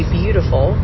beautiful